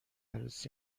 عروس